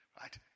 Right